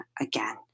again